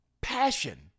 passion